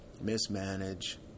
mismanage